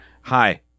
Hi